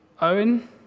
Owen